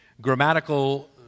grammatical